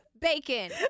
Bacon